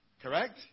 Correct